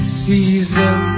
season